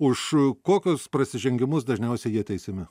už kokius prasižengimus dažniausiai jie teisiami